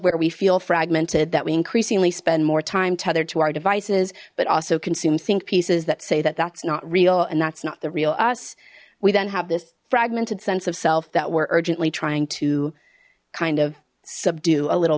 where we feel fragmented that we increasingly spend more time tethered to our devices but also consume sink pieces that say that that's not real and that's not the real us we then have this fragmented sense of self that we're urgently trying to kind of subdue a little